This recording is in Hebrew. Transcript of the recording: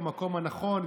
במקום הנכון,